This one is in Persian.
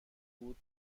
بود